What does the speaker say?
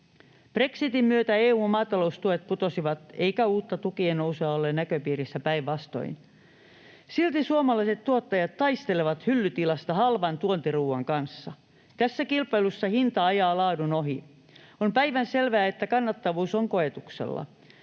Brexitin myötä EU:n maataloustuet putosivat, eikä uutta tukien nousua ole näköpiirissä — päinvastoin. Silti suomalaiset tuottajat taistelevat hyllytilasta halvan tuontiruoan kanssa. Tässä kilpailussa hinta ajaa laadun ohi. On päivänselvää, että kannattavuus on koetuksella.